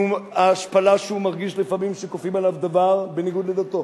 ההשפלה שהוא מרגיש לפעמים שכופים עליו דבר בניגוד לדתו